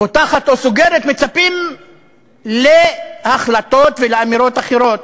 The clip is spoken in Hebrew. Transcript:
פותחת או סוגרת, מצפים להחלטות ולאמירות אחרות,